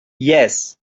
yes